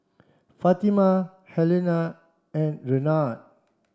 Fatima Helena and Raynard